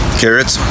carrots